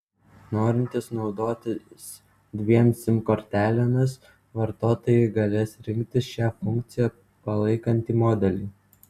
norintys naudotis dviem sim kortelėmis vartotojai galės rinktis šią funkciją palaikantį modelį